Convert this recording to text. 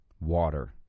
water